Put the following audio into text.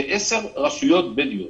ב-10 רשויות בדואיות.